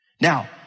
Now